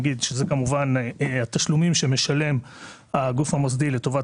אלה התשלומים שמשלם הגוף המוסדי לטובת